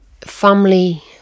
family